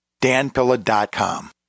danpilla.com